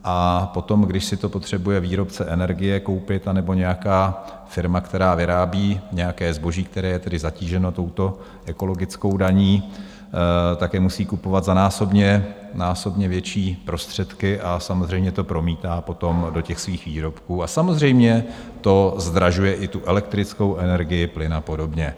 A potom, když si to potřebuje výrobce energie koupit, anebo nějaká firma, která vyrábí nějaké zboží, které je zatíženo touto ekologickou daní, tak je musí kupovat za násobně větší prostředky, samozřejmě to promítá potom do svých výrobků a samozřejmě to zdražuje i elektrickou energii, plyn a podobně.